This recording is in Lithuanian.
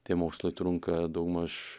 tie mokslai trunka daugmaž